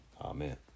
Amen